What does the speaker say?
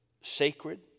sacred